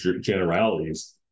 generalities